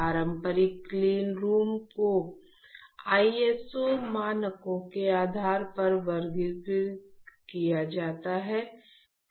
पारंपरिक क्लीनरूम को आईएसओ मानकों के आधार पर वर्गीकृत किया जाता है